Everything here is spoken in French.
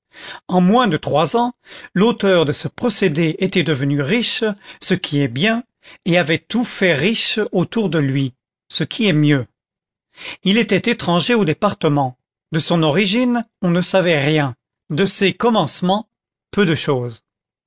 en moins de trois ans l'auteur de ce procédé était devenu riche ce qui est bien et avait tout fait riche autour de lui ce qui est mieux il était étranger au département de son origine on ne savait rien de ses commencements peu de chose